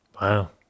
Wow